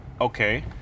Okay